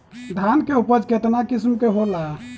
धान के उपज केतना किस्म के होला?